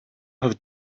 have